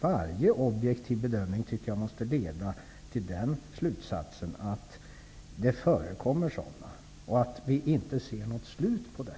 Varje objektiv bedömning måste leda till den slutsatsen att det förekommer omfattande och grova kränkningar av mänskliga rättigheter, och att vi inte ser något slut på dem.